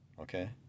Okay